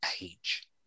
age